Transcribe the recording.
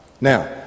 Now